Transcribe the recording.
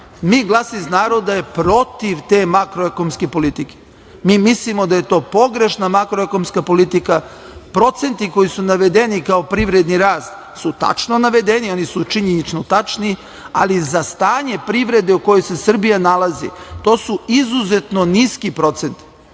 - Glas iz naroda je protiv te makro-ekonomske politike. Mi mislimo da je to pogrešna makro-ekonomska politika. Procenti koji su navedeni kao privredni rast su tačno navedeni, oni su činjenično tačni, ali za stanje privrede u kojoj se Srbija nalazi to su izuzetno niski procenti.